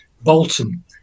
Bolton